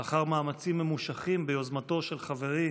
לאחר מאמצים ממושכים ביוזמתו של חברי